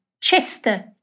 Chester